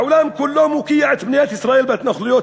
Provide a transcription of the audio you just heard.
העולם כולו מוקיע את מדינת ישראל וההתנחלויות,